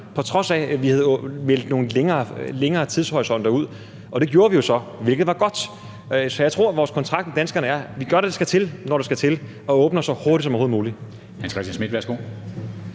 på trods af at vi havde meldt nogle længere tidshorisonter ud. Og det gjorde vi jo så, hvilket var godt. Så jeg tror, at vores kontrakt med danskerne er, at vi gør det, der skal til, når det skal til, og åbner så hurtigt som overhovedet muligt. Kl. 15:39 Formanden (Henrik